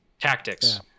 tactics